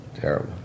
Terrible